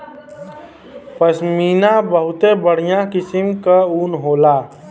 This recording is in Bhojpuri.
पश्मीना बहुते बढ़िया किसम क ऊन होला